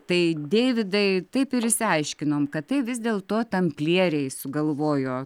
tai deividai taip ir išsiaiškinom kad tai vis dėl to tamplieriai sugalvojo